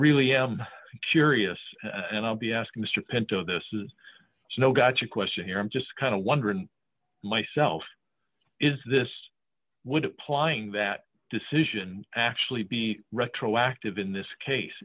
really am curious and i'll be asking mr pinto this is no gotcha question here i'm just kind of wondered myself is this would apply ing that decision actually be retroactive in this case